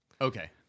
Okay